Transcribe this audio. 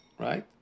right